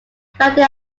founded